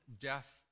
death